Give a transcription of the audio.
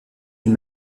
une